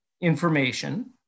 information